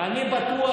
אני בטוח